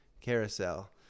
carousel